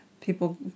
People